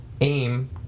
aim